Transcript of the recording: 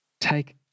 Take